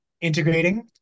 integrating